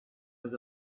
was